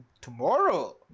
tomorrow